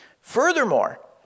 Furthermore